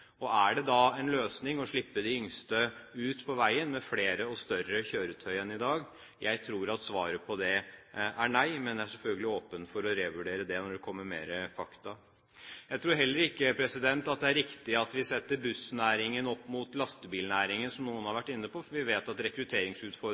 Er det da en løsning å slippe de yngste ut på veien med flere og større kjøretøy enn i dag? Jeg tror at svaret på det er nei, men jeg er selvfølgelig åpen for å revurdere det når det kommer mer fakta. Jeg tror heller ikke at det er riktig at vi setter bussnæringen opp mot lastebilnæringen, som noen har